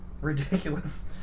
ridiculous